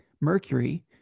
mercury